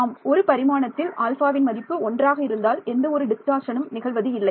ஆம் ஒரு பரிமாணத்தில் ஆல்பால்வின் மதிப்பு ஒன்றாக இருந்தால் எந்த ஒரு டிஸ்டார்ஷனும் நிகழ்வது இல்லை